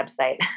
website